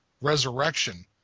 resurrection